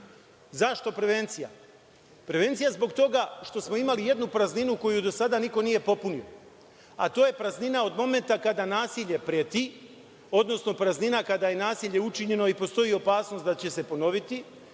prevencija? Prevencija zbog toga što smo imali jednu prazninu koju do sada niko nije popunio, a to je praznina od momenta kada nasilje preti, odnosno praznina kada je nasilje učinjeno i postoji opasnost da će se ponoviti,